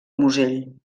musell